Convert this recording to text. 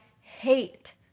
hate